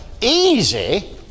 Easy